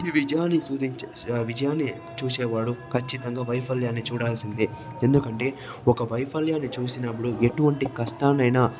ఈ విజయాన్ని సాధించే విజయాన్ని చూసేవాడు ఖచ్చితంగా వైఫల్యాన్ని చూడాల్సిందే ఎందుకంటే ఒక వైఫల్యాన్ని చూసినప్పుడు ఎటువంటి కష్టాన్నైనా